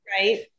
Right